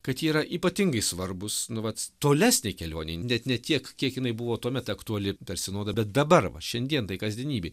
kad jie yra ypatingai svarbūs nu vat tolesnei kelionei net ne tiek kiek jinai buvo tuomet aktuali per sinodą bet dabar va šiandien tai kasdienybei